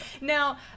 Now